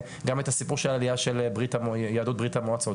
גם את הסיפור של העלייה של יהדות ברית המועצות,